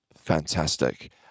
Fantastic